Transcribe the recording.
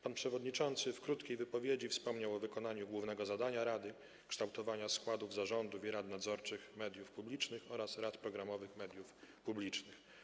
Pan przewodniczący w krótkiej wypowiedzi wspomniał o wykonaniu głównego zadania rady - kształtowania składów zarządów i rad nadzorczych mediów publicznych oraz rad programowych mediów publicznych.